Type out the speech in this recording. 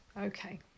Okay